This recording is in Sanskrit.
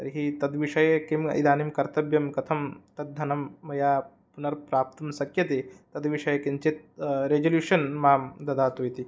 तर्हि तत् विषये किम् इदानीं कर्तव्यं कथं तत् धनं मया पुनः प्राप्तुं शक्यते तद् विषये किञ्चित् रेजुलुषन् मां ददातु इति